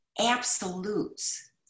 absolutes